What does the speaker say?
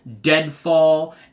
Deadfall